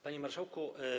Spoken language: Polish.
Panie Marszałku!